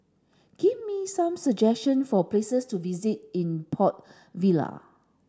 give me some suggestion for places to visit in Port Vila